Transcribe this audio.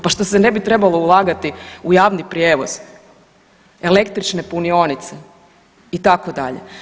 Pa što se ne bi trebalo ulagati u javni prijevoz, električne punioce, itd.